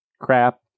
crap